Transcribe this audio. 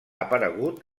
aparegut